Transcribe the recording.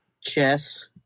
Chess